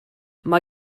mae